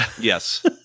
Yes